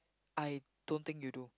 I don't think you do